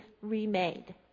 remade